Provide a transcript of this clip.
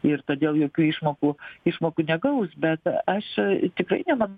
ir todėl jokių išmokų išmokų negaus bet aš tikrai neman